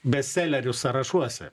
bestselerių sąrašuose